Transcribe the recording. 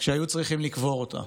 כשהיו צריכים לקבור אותה.